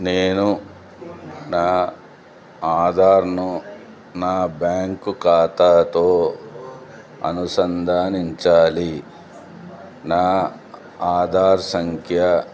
నేను నా ఆధార్ను నా బ్యాంకు ఖాతాతో అనుసంధానించాలి నా ఆధార్ సంఖ్య